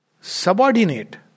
Subordinate